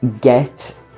get